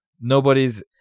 nobody's